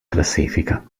classifica